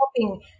helping